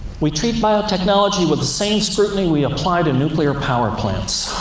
we treat biotechnology with the same scrutiny we apply to nuclear power plants.